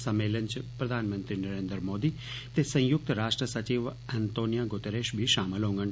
सम्मेलन च प्रधानमंत्री नरेन्द्र मोदी ते संयुक्त राष्ट्र सचिव अंतोनिया गुतेरेश बी शामल होंडन